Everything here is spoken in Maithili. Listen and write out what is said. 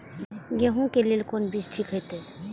गेहूं के लेल कोन बीज ठीक होते?